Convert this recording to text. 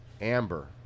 Amber